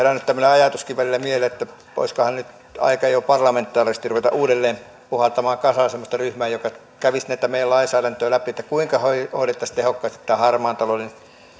herännyt tämmöinenkin ajatus välillä mieleen että olisikohan nyt aika jo parlamentaarisesti ruveta uudelleen puhaltamaan kasaan semmoista ryhmää joka kävisi tätä meidän lainsäädäntöämme läpi kuinka hoidettaisiin tehokkaasti harmaan talouden